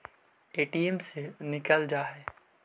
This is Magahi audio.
ए.टी.एम से निकल जा है?